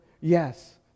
yes